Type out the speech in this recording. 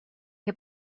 che